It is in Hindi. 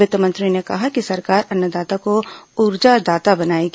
वित्त मंत्री ने कहा कि सरकार अन्नदाता को ऊर्जादाता बनाएगी